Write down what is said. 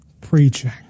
preaching